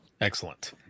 Excellent